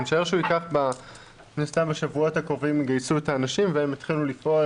אני משער שמן הסתם בשבועות הקרובים יגייסו את האנשים והם יתחילו לפעול,